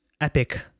epic